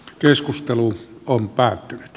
keskustelu on päättynyt